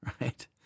right